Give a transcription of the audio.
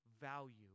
value